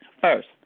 first